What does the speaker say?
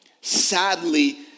sadly